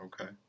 Okay